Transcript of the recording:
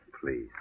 Please